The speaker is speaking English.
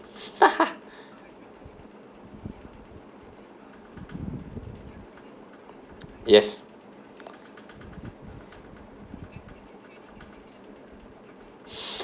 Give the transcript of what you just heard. yes